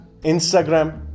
instagram